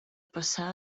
passar